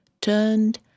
turned